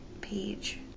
page